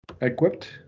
equipped